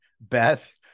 Beth